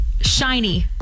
shiny